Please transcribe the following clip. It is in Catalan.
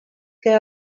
que